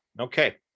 Okay